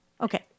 okay